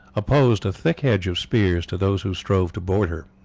opposed a thick hedge of spears to those who strove to board her.